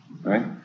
right